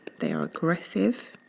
they are aggressive,